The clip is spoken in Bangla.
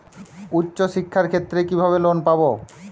উচ্চশিক্ষার ক্ষেত্রে কিভাবে লোন পাব?